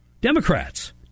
Democrats